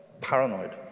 paranoid